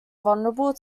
vulnerable